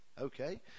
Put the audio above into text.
okay